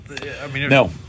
No